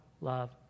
love